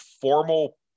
formal